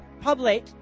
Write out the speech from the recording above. public